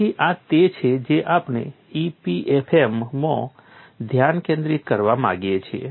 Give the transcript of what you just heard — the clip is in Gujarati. તેથી આ તે છે જે આપણે EPFM માં ધ્યાન કેન્દ્રિત કરવા માંગીએ છીએ